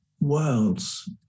worlds